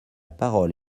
parole